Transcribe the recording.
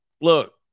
look